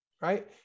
right